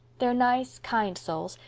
they're nice, kind souls,